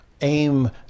aim